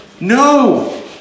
no